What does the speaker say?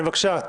בבקשה.